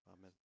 amen